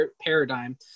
paradigm